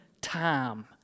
time